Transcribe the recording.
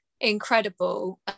incredible